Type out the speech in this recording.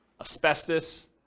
asbestos